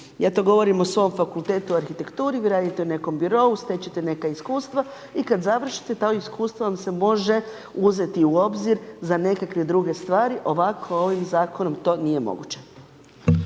ja to govorim o svom fakultetu arhitekturi, vi radite u nekom birou, stječete neka iskustva i kada završite to iskustvo vam se može uzeti u obzir za nekakve druge stvari. Ovako ovim zakonom to nije moguće.